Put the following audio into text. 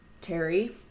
Terry